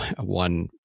One